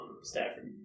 Stafford